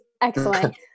excellent